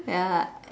ya